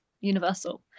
universal